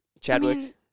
Chadwick